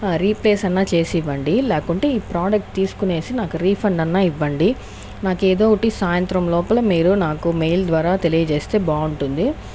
replace అన్నా చేసి ఇవ్వండి లేకుంటే ఈ ప్రోడక్ట్ తీసుకునేసి నాకు రిఫండ్ అన్న ఇవ్వండి నాకు ఏదో ఒకటి సాయంత్రం లోపల మీరు నాకు మెయిల్ ద్వారా తెలియజేస్తే బాగుంటుంది